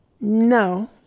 no